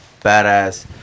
badass